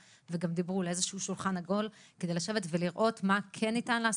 ודיברו על איזשהו שולחן עגול כדי לראות מה אפשר לעשות,